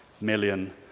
million